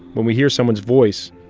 when we hear someone's voice,